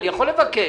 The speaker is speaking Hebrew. אני יכול לבקש